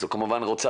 אז הוא כמובן רוצה